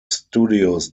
studios